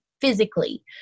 physically